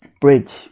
bridge